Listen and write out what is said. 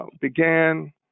began